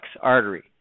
artery